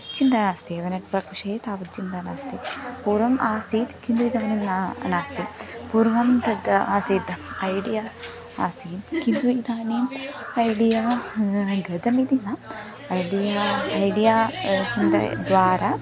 चिन्ता नास्ति युनिट् पक्षे ता चिन्ता नास्ति पूर्वम् आसीत् किन्तु इदानीं नास्ति पूर्वं तत् आसीत् ऐडिया आसीत् किन्तु इदानीं ऐडिया गतमिति न ऐडिया ऐडिया चिन्तनद्वारा